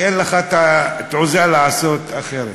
כי אין לך תעוזה לעשות אחרת.